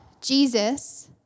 Jesus